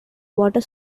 water